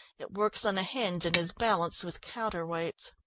it works on a hinge and is balanced with counter-weights.